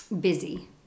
busy